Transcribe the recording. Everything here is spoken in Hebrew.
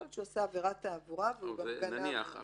יכול להיות שהוא עשה עבירת תעבורה וגם גנב.